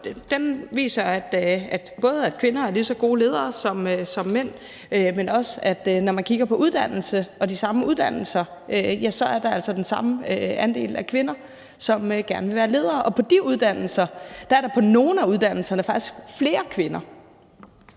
den viser både, at kvinder er lige så gode ledere som mænd, men også, når man kigger på uddannelse og de samme uddannelser, at der altså er den samme andel af kvinder, som gerne vil være ledere. Og på nogle af de uddannelser er der faktisk flere kvinder.